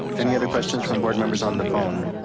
any other questions from board members on the phone?